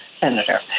Senator